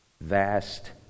vast